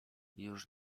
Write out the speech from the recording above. już